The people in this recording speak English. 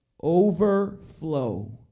overflow